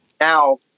now